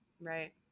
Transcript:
right